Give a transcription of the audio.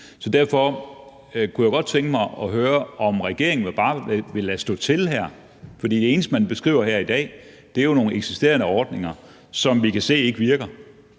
Så derfor kunne jeg godt tænke mig at høre, om regeringen bare vil lade stå til her? For det eneste, man beskriver her i dag, er jo nogle eksisterende ordninger, som vi kan se ikke virker,